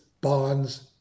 bonds